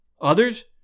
Others